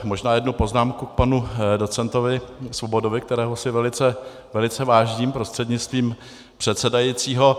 Možná jednu poznámku k panu docentovi Svobodovi, kterého si velice vážím, prostřednictvím předsedajícího.